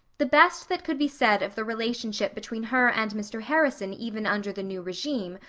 the best that could be said of the relationship between her and mr. harrison even under the new regime,